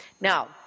now